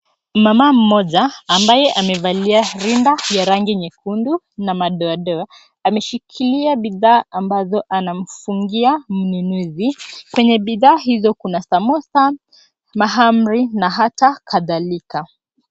Mama mmoja ambaye amevalia rinda ya rangi nyekundu na madoadoa ameshikilia bidhaa ambazo anamfungia mnunuzi. Penye bidhaa hizo kuna samosa, mahamri na hata kadhalika.